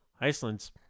iceland's